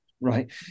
Right